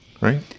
right